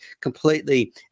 completely